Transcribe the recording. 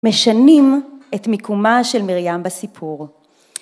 משנים את מיקומה של מרים בסיפור.